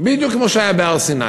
כמו שהיה בהר-סיני,